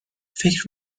فکر